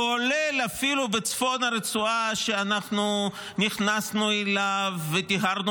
כולל אפילו בצפון הרצועה שאנחנו נכנסנו אליו וטיהרנו